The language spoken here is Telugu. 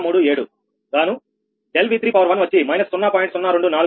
037 గాను ∆V31 వచ్చి −0